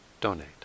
donate